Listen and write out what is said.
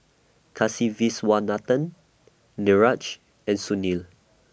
Kasiviswanathan Niraj and Sunil